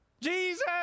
Jesus